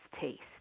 taste